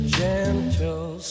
gentle